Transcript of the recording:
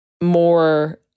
more